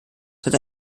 hatte